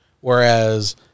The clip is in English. Whereas